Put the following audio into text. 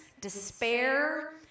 despair